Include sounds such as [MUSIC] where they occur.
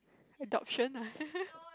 adoption ah [LAUGHS]